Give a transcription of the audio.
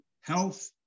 health